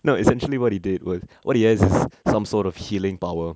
no essentially what he did was what he has is some sort of healing power